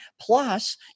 Plus